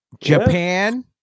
Japan